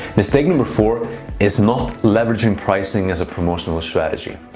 mistake number four is not leveraging pricing as a promotional strategy.